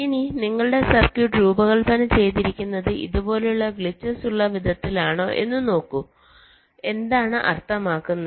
ഇനി നിങ്ങളുടെ സർക്യൂട്ട് രൂപകല്പന ചെയ്തിരിക്കുന്നത് ഇതുപോലെയുള്ള ഗ്ലിച്ചസ് ഉള്ള വിധത്തിലാണോ എന്ന് നോക്കൂ എന്താണ് അർത്ഥമാക്കുന്നത്